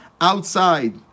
outside